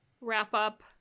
wrap-up